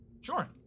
Sure